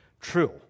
true